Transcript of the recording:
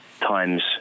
times